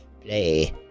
play